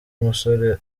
umusore